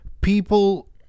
people